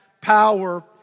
power